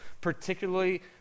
particularly